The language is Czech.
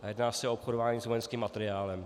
Jedná se o obchodování s vojenským materiálem.